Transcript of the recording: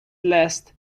list